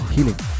Healing